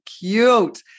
cute